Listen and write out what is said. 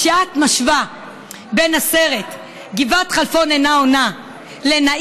כשאת משווה בין הסרט גבעת חלפון אינה עונה לנאילה